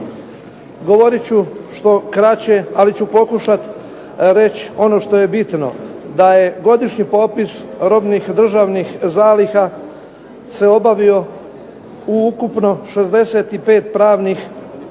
govorit ću što kraće, ali ću pokušat reći ono što je bitno, da je godišnji popis robnih državnih zaliha sve obavio u ukupno 65 pravnih osoba.